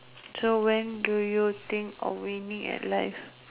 so when do you think you're winning at life